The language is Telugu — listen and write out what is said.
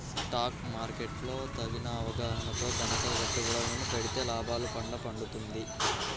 స్టాక్ మార్కెట్ లో తగిన అవగాహనతో గనక పెట్టుబడులను పెడితే లాభాల పండ పండుతుంది